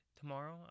tomorrow